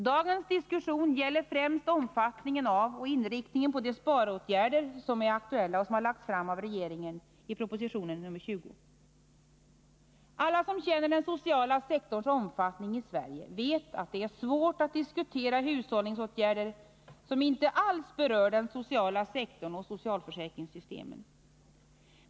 Dagens diskussion gäller främst omfattningen av och inriktningen på de 83 sparåtgärder som är aktuella och som har lagts fram av regeringen i proposition 20. Alla som känner den sociala sektorns omfattning i Sverige vet att det är svårt att diskutera hushållningsåtgärder som inte alls berör den sociala sektorn och socialförsäkringssystemen.